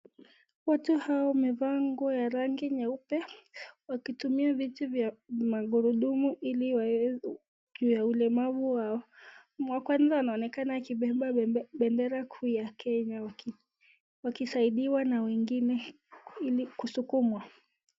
Watu hao wamevaa nguo ya rangi nyeupe, wakitumia viti vya magurudumu Ili waweze juu ya ulemavu wao. Wa kwanza anaonekana akibeba bendera kuu ya Kenya wakisaidiwa na wengine kusukumwa.